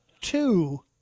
two